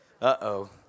Uh-oh